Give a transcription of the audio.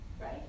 right